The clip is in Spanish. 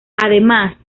además